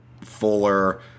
fuller